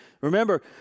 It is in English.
Remember